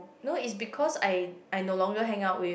no is because I I no longer hang out with